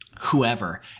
whoever